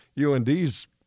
UND's